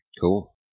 Cool